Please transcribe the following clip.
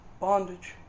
bondage